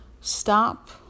stop